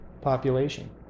population